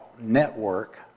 network